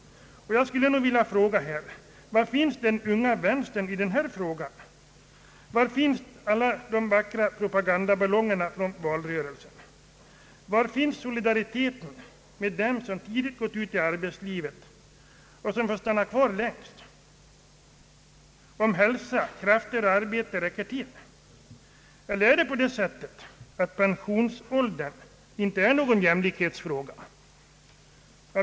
Jag skulle nu vilja fråga: Var finns den unga vänstern i denna fråga? Var finns alla de vackra propagandaballongerna från valrörelsen? Var finns solidariteten med dem som tidigt gått ut i arbetslivet och fått stanna kvar längst — om hälsa, krafter och arbete räckt till? Är det så att pensionsåldern inte är någon jämlikhetsfråga?